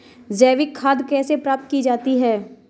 जैविक खाद कैसे प्राप्त की जाती है?